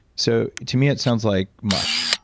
so to me it sounds like mush,